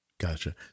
Gotcha